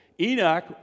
Enoch